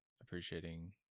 appreciating